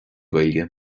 gaeilge